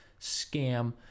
scam